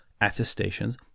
attestations